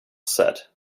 said